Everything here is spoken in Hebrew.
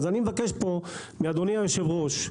אז אני מבקש פה מאדוני היושב-ראש,